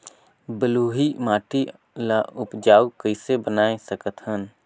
बलुही माटी ल उपजाऊ कइसे बनाय सकत हन?